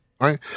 right